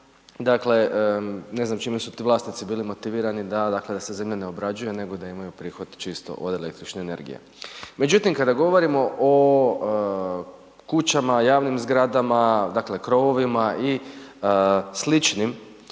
dakle, ne znam čime su ti vlasnici bili motivirani da dakle, se zemlja ne obrađuje, nego da imaju prihod čisto od električne energije. Međutim, kada govorimo o kućama, javnim zgradama, dakle krovovima i sličnim